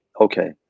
Okay